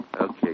Okay